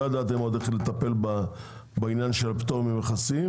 עוד לא ידעתם איך לטפל בעניין של פטור ממכסים